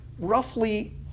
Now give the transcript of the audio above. Roughly